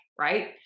right